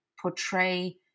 portray